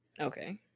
Okay